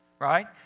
Right